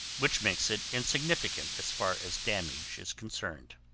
which makes it insignificant as far as damage is concerned.